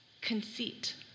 Conceit